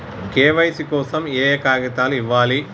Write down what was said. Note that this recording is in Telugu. కే.వై.సీ కోసం ఏయే కాగితాలు ఇవ్వాలి?